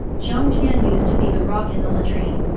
jiang tian used to be the rock in the latrine,